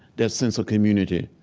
that sense of community,